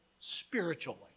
spiritually